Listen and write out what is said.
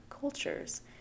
cultures